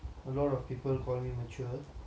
a lot of people call me mature